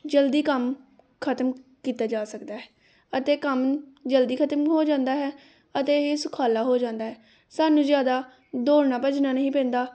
ਜਲਦੀ ਕੰਮ ਖਤਮ ਕੀਤਾ ਜਾ ਸਕਦਾ ਹੈ ਅਤੇ ਕੰਮ ਜਲਦੀ ਖਤਮ ਹੋ ਜਾਂਦਾ ਹੈ ਅਤੇ ਇਹ ਸੁਖਾਲਾ ਹੋ ਜਾਂਦਾ ਹੈ ਸਾਨੂੰ ਜ਼ਿਆਦਾ ਦੌੜਨਾ ਭੱਜਣਾ ਨਹੀਂ ਪੈਂਦਾ